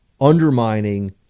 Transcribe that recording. undermining